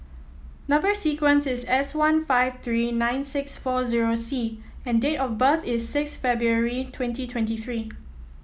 number sequence is S one five three nine six four zero C and date of birth is six February twenty twenty three